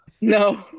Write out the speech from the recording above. No